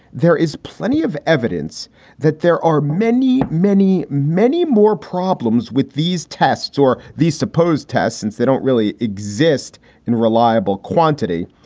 there is plenty of evidence that there are many, many, many more problems with these tests or these supposed tests, since they don't really exist in a reliable quantity.